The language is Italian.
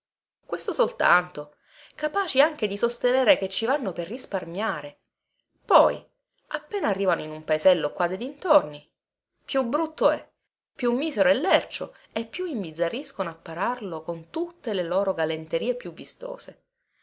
questo soltanto capaci anche di sostenere che ci vanno per risparmiare poi appena arrivano in un paesello qua dei dintorni più brutto è più misero e lercio e più imbizzariscono a pararlo con tutte le loro galenterie più vistose